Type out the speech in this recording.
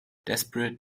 desperate